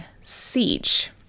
siege